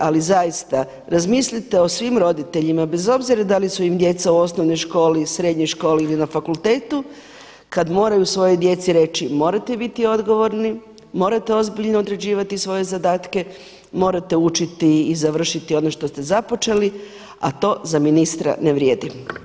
Ali zaista, razmislite o svim roditeljima bez obzira da li su im djeca u osnovnoj školi, srednjoj školi ili na fakultetu kad moraju svojoj djeci reći morate biti odgovorni, morate ozbiljno odrađivati svoje zadatke, morate učiti i završiti ono što ste započeli a to za ministra ne vrijedi.